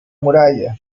muralla